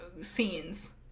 scenes